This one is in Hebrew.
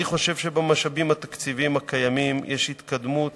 אני חושב שבמשאבים התקציביים הקיימים, יש התקדמות